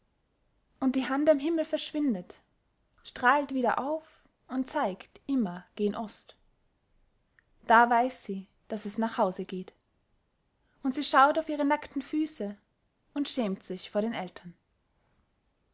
und die hand am himmel verschwindet strahlt wieder auf und zeigt immer gen ost da weiß sie daß es nach hause geht und sie schaut auf ihre nackten füße und schämt sich vor den eltern